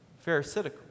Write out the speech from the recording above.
pharisaical